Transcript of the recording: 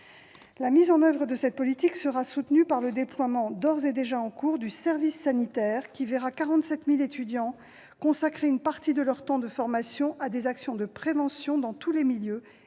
La mise en oeuvre de cette politique sera soutenue par le déploiement, d'ores et déjà en cours, du service sanitaire : 47 000 étudiants consacreront ainsi une partie de leur temps de formation à des actions de prévention dans tous les milieux,